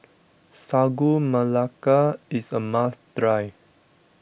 Sagu Melaka is a must try